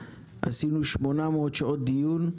עשינו 800 שעות דיון,